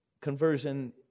conversion